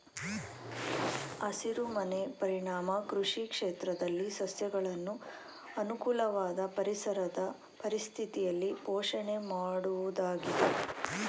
ಹಸಿರುಮನೆ ಪರಿಣಾಮ ಕೃಷಿ ಕ್ಷೇತ್ರದಲ್ಲಿ ಸಸ್ಯಗಳನ್ನು ಅನುಕೂಲವಾದ ಪರಿಸರದ ಪರಿಸ್ಥಿತಿಯಲ್ಲಿ ಪೋಷಣೆ ಮಾಡುವುದಾಗಿದೆ